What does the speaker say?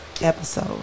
episode